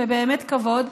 ובאמת כבוד.